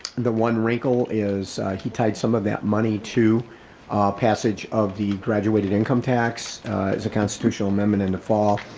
the one wrinkle is he tied some of that money to passage of the graduated income tax is a constitutional amendment in the fall.